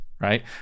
right